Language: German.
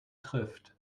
trifft